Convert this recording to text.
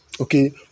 okay